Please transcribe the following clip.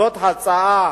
זאת הצעה